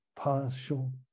partial